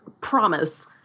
promise